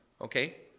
Okay